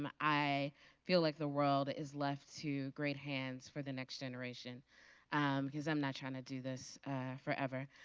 um i feel like the world is left to great hands for the next generation um because i'm not trying to do this forever.